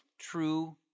true